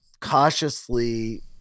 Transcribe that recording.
cautiously